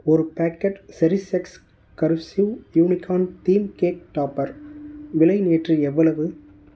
ஒரு packet Cherish X cursive unicorn theme cake topper விலை நேற்று எவ்வளவு